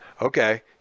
Okay